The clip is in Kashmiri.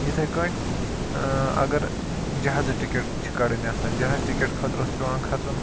یِتھَے پٲٹھۍ ٲں اگر جَہازٕ ٹِکیٚٹ چھِ کَڑٕنۍ آسان جَہازٕ ٹِکیٚٹ خٲطرٕ اوٗس پیٚوان کھَژُن